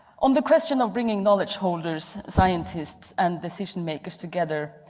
on the question of bringing knowledge holders, scientists and decision-makers together,